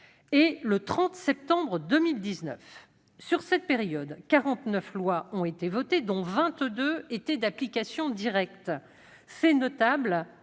et le 30 septembre 2019. Durant cette période, 49 lois ont été votées, dont 22 étaient d'application directe. Fait notable,